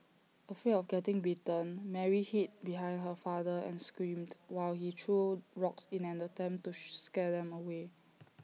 afraid of getting bitten Mary hid behind her father and screamed while he threw rocks in an attempt to scare them away